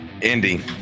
Indy